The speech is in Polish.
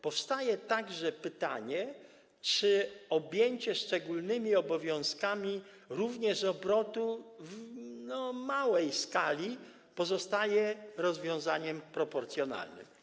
Powstaje także pytanie, czy objęcie szczególnymi obowiązkami również obrotu o małej skali pozostaje rozwiązaniem proporcjonalnym.